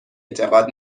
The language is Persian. اعتقاد